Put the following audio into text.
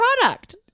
product